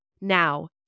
Now